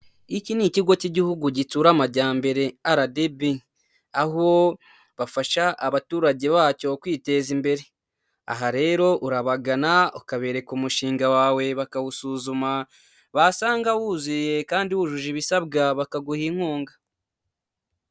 Iki ni ikigo cy'igihugu gitsura amajyambere RDB, aho bafasha abaturage bacyo kwiteza imbere, aha rero urabagana ukabereka umushinga wawe bakawusuzuma, basanga wuzuye kandi wujuje ibisabwa bakaguha inkunga.